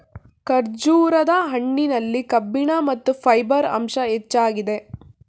ಖರ್ಜೂರದ ಹಣ್ಣಿನಲ್ಲಿ ಕಬ್ಬಿಣ ಮತ್ತು ಫೈಬರ್ ಅಂಶ ಹೆಚ್ಚಾಗಿದೆ